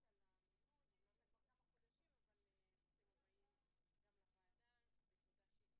המדינה הונתה את הרופאים והתושבים בפריפריה ישלמו של חה"כ עליזה לביא,